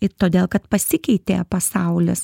ir todėl kad pasikeitė pasaulis